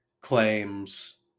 claims